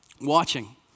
watching